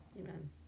amen